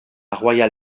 royal